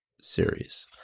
series